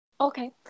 Okay